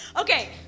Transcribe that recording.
Okay